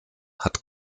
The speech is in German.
hat